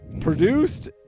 Produced